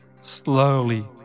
slowly